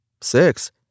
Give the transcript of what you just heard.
Six